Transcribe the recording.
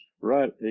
right